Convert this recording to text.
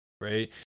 right